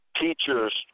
teachers